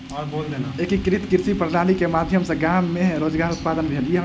एकीकृत कृषि प्रणाली के माध्यम सॅ गाम मे रोजगार उत्पादन भेल